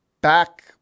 back